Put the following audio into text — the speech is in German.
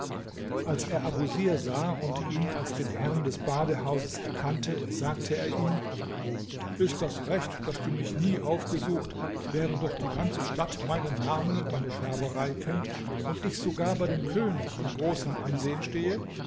als er abusir sah und ihn als den herrn des badehauses erkannte sagte er ihm ist das recht daß du mich nie aufgesucht während doch die ganze stadt meinen namen und meine färberei kennt und ich sogar bei dem könig in großem ansehen stehe